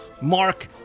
Mark